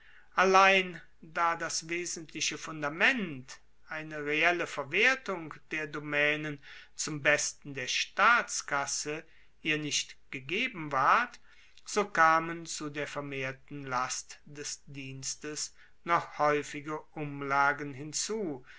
allein da das wesentliche fundament eine reelle verwertung der domaenen zum besten der staatskasse ihr nicht gegeben ward so kamen zu der vermehrten last des dienstes noch haeufige umlagen hinzu